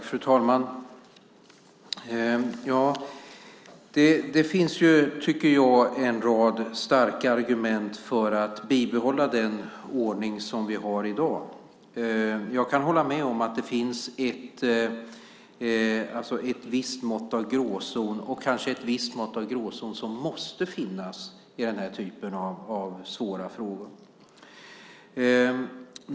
Fru talman! Det finns, tycker jag, en rad starka argument för att bibehålla den ordning som vi har i dag. Jag kan hålla med om att det finns ett visst mått av gråzon, och kanske ett visst mått av gråzon måste finnas i den här typen av svåra frågor.